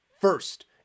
First